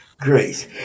grace